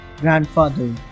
Grandfather